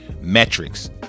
Metrics